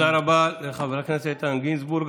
תודה רבה לחבר הכנסת איתן גינזבורג.